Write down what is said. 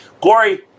Corey